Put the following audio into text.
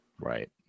Right